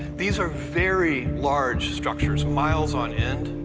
these are very large structures, miles on end.